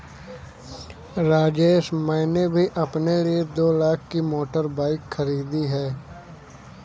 राजेश मैंने भी अपने लिए दो लाख की मोटर बाइक खरीदी है